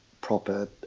proper